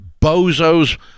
bozos